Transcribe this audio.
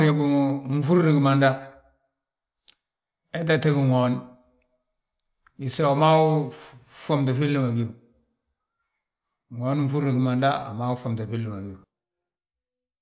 Nfúrri gimanda, he tata gí ŋoon, biso wi maa wi ffomte filli ma gíw. Ŋoon nfúrri gimanda a wi maa wi ffomte filli ma gíw.